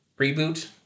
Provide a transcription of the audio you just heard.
reboot